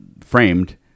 framed